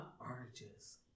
Oranges